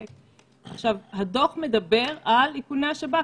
עכשיו, הדוח מדבר על איכוני השב"כ.